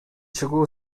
чыгуу